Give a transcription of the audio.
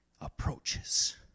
approaches